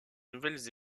nouvelles